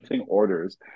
orders